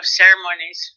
ceremonies